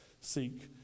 seek